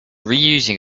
reusing